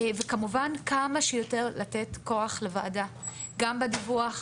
וכמובן, כמה שיותר לתת כוח לוועדה, גם בדיווח.